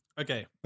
Okay